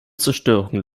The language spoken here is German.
zerstörung